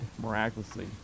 miraculously